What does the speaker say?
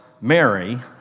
Mary